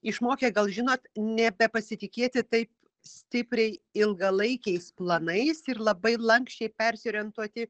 išmokė gal žinot nebepasitikėti taip stipriai ilgalaikiais planais ir labai lanksčiai persiorientuoti